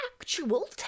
actual